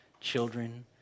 children